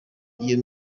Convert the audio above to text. iyo